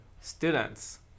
students